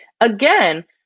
again